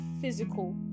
physical